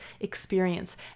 experience